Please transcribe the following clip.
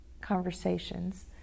conversations